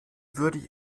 würde